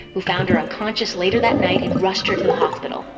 who found her unconscious later that night and rushed her to the hospital.